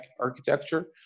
architecture